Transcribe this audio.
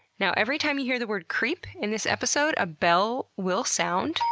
now, every time you hear the word creep in this episode, a bell will sound,